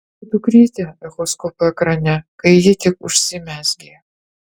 mačiau savo dukrytę echoskopo ekrane kai ji tik užsimezgė